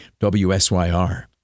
WSYR